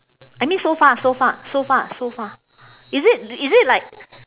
I mean so far so far so far so far is it is it like